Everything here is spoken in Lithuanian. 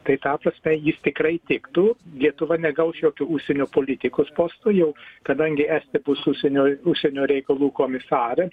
tai ta prasme jis tikrai tiktų lietuva negaus jokių užsienio politikos postų jau kadangi estija bus užsienio užsienio reikalų komisarai